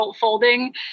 folding